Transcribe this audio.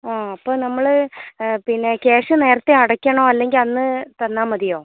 ആ അപ്പോൾ നമ്മൾ പിന്നെ ക്യാഷ് നേരത്തെ അടക്കണോ അല്ലെങ്കിൽ അന്ന് തന്നാൽ മതിയോ